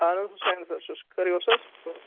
اَہَن حظ حُسین حظ چھُس خٲرٕے اوس حظ